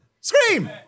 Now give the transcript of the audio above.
Scream